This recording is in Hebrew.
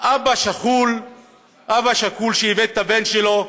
אב שכול שאיבד את הבן שלו,